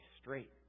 straight